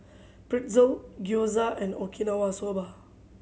Pretzel Gyoza and Okinawa Soba